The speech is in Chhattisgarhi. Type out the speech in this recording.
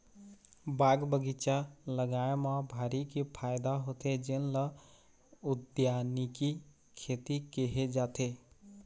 बाग बगीचा लगाए म भारी के फायदा होथे जेन ल उद्यानिकी खेती केहे जाथे